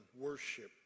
worship